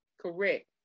correct